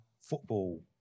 football